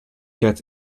gets